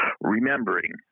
Remembering